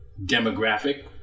demographic